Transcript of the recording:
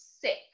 sick